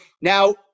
Now